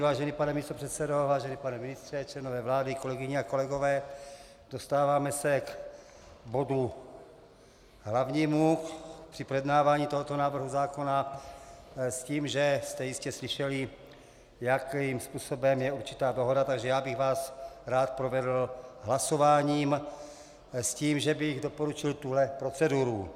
Vážený pane místopředsedo, vážený pane ministře, členové vlády, kolegyně a kolegové, dostáváme se k bodu hlavnímu při projednávání tohoto návrhu s tím, že jste jistě slyšeli, jakým způsobem je určitá dohoda, takže já bych vás rád provedl hlasováním s tím, že bych doporučil tuhle proceduru.